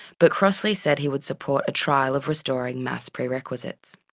but crossley said he would support a trial of restoring maths prerequisites.